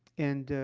and, ah,